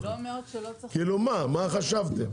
כאילו מה, מה חשבתם?